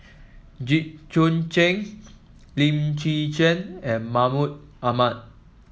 Jit Joon Ch'ng Lim Chwee Chian and Mahmud Ahmad